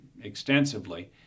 extensively